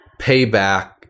payback